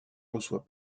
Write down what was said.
reçoit